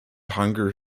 hunger